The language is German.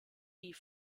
die